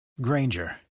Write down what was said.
Granger